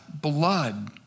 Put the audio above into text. blood